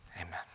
amen